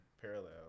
parallel